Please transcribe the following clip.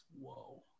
whoa